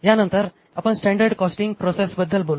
यानंतर आपण standard costing प्रोसेसबद्दल बोलू